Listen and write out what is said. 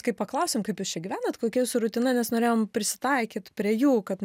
kaip paklausėm kaip jūs čia gyvenat kokie jūsų rutina nes norėjom prisitaikyt prie jų kad